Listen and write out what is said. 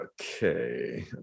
okay